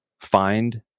find